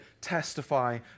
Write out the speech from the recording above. testify